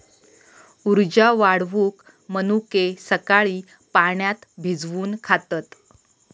उर्जा वाढवूक मनुके सकाळी पाण्यात भिजवून खातत